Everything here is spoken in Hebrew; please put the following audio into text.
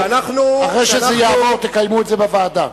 אחרי שהוא יעבור תקיימו את זה בוועדה.